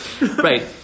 right